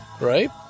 right